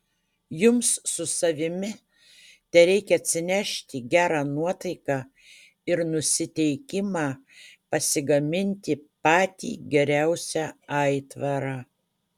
jums su savimi tereikia atsinešti gerą nuotaiką ir nusiteikimą pasigaminti patį geriausią aitvarą